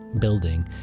building